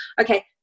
okay